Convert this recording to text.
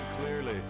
clearly